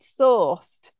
sourced